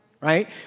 right